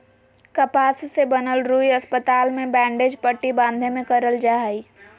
कपास से बनल रुई अस्पताल मे बैंडेज पट्टी बाँधे मे करल जा हय